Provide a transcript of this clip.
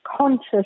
conscious